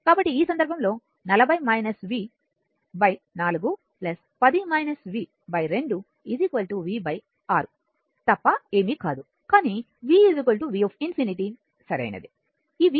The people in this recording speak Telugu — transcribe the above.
కాబట్టి ఈ సందర్భంలో 4 2 v 6 తప్ప ఏమీ కాదు కానీ v v ∞ సరైనది